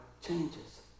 changes